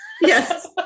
yes